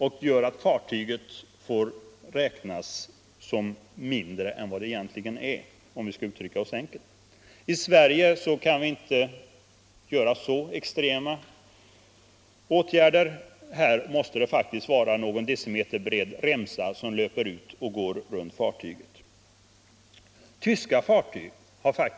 Det gör att fartyget räknas som mindre än vad det egentligen är, om vi skall uttrycka oss enkelt. I Sverige kan vi inte göra så, utan här måste det vara en någon decimeter bred remsa som löper ut och går runt lastrummet.